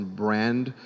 brand